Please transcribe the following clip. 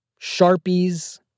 Sharpies